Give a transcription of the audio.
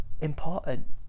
important